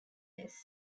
this